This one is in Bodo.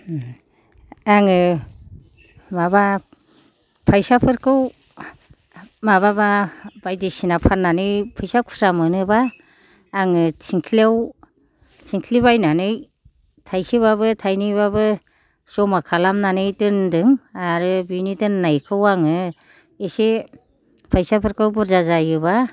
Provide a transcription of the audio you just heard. आङो माबा फाैसाफोरखौ माबाबा बायदिसिना फाननानै फैसा खुस्रा मोनोबा आङो थिंख्लियाव थिंख्लि बायनानै थाइसेबाबो थाइनैबाबो ज'मा खालामनानै दोनदों आरो बिनि दोननायखौ आङो एसे फैसाफोरखौ बुरजा जायोबा